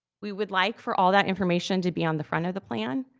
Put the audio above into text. we would like for all that information to be on the front of the plan,